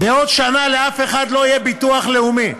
בעוד שנה לאף אחד לא יהיה ביטוח לאומי.